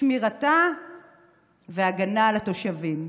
שמירתה וההגנה על התושבים.